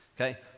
Okay